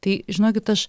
tai žinokit aš